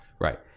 right